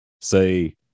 say